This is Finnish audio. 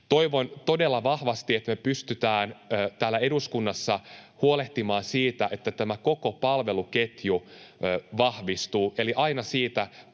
Toivon todella vahvasti, että me pystytään täällä eduskunnassa huolehtimaan siitä, että tämä koko palveluketju vahvistuu — eli aina siitä,